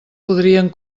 podrien